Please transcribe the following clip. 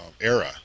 era